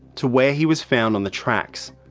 to where he was found on the tracks?